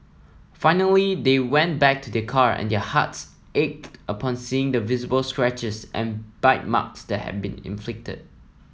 finally they went back to their car and their hearts ached upon seeing the visible scratches and bite marks that had been inflicted